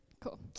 cool